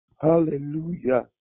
Hallelujah